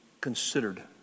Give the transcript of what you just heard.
considered